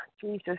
Jesus